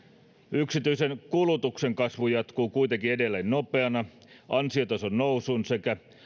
yksityisen kulutuksen kasvu jatkuu kuitenkin edelleen nopeana ansiotason nousun sekä